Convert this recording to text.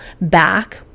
back